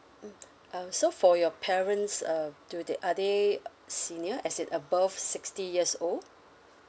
uh so for your parents uh do th~ are they uh senior as in above sixty years old